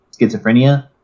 schizophrenia